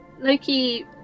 Loki